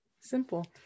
simple